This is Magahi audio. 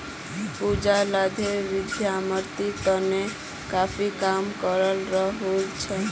पूजा लघु उद्यमितार तने काफी काम करे रहील् छ